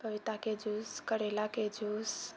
पपीताके जूस करैलाके जूस